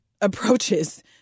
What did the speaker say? approaches